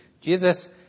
Jesus